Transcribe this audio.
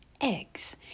eggs